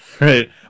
right